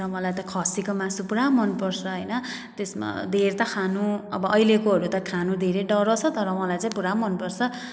र मलाई त खसीको मासु पुरा मन पर्छ हैन त्यसमा धेर त खानु अब अहिलेकोहरू त खानु धेरै डराउँछ तर मलाई चाहिँ पुरा मन पर्छ